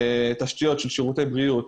תשתיות של שירותי בריאות.